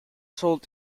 sold